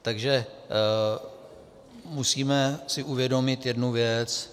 Takže musíme si uvědomit jednu věc.